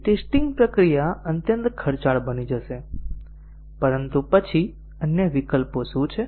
testing પ્રક્રિયા અત્યંત ખર્ચાળ બની જશે પરંતુ પછી અન્ય વિકલ્પો શું છે